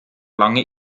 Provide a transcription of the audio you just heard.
lange